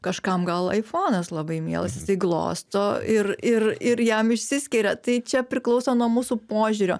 kažkam gal aifonas labai mielas jisai glosto ir ir ir jam išsiskiria tai čia priklauso nuo mūsų požiūrio